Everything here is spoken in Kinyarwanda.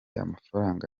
amafaranga